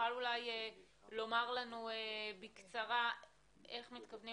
שיוכל אולי לומר לנו בקצרה איך מתכוונים